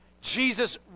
Jesus